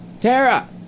Tara